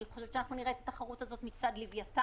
אני חושבת שאנחנו נראה את התחרות הזאת מצד לווייתן